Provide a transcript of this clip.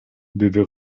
деди